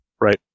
Right